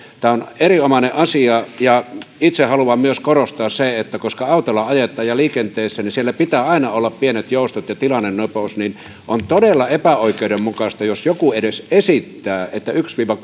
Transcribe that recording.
tämä on erinomainen asia ja itse haluan myös korostaa sitä että koska autolla ajetaan ja liikenteessä pitää aina olla pienet joustot ja tilannenopeus niin on todella epäoikeudenmukaista jos joku edes esittää että yhden viiva